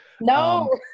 No